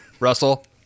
Russell